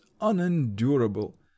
unendurable